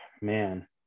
man